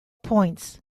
points